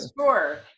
sure